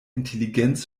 intelligenz